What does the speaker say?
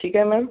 ठीक आहे मॅम